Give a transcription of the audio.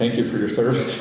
thank you for your service